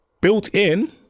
Built-in